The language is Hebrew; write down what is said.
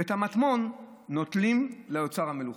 ואת המטמון נוטלים לאוצר המלוכה.